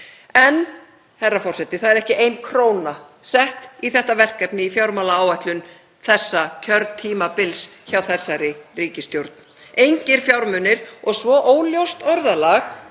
En, herra forseti, það er ekki ein króna sett í þetta verkefni í fjármálaáætlun þessa kjörtímabils hjá þessari ríkisstjórn. Engir fjármunir og svo óljóst orðalag